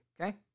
okay